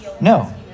No